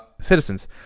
citizens